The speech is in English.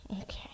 Okay